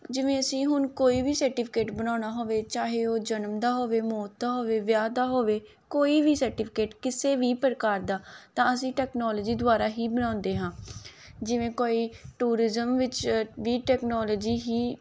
ਜਿਵੇਂ ਅਸੀਂ ਹੁਣ ਕੋਈ ਵੀ ਸਰਟੀਫਿਕੇਟ ਬਣਾਉਣਾ ਹੋਵੇ ਚਾਹੇ ਉਹ ਜਨਮ ਦਾ ਹੋਵੇ ਮੌਤ ਦਾ ਹੋਵੇ ਵਿਆਹ ਦਾ ਹੋਵੇ ਕੋਈ ਵੀ ਸਰਟੀਫਿਕੇਟ ਕਿਸੇ ਵੀ ਪ੍ਰਕਾਰ ਦਾ ਤਾਂ ਅਸੀਂ ਟੈਕਨੋਲੋਜੀ ਦੁਆਰਾ ਹੀ ਬਣਾਉਂਦੇ ਹਾਂ ਜਿਵੇਂ ਕੋਈ ਟੂਰਿਜ਼ਮ ਵਿੱਚ ਵੀ ਟੈਕਨੋਲੋਜੀ ਹੀ